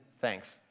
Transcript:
Thanks